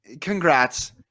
congrats